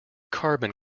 carbon